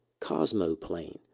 cosmoplane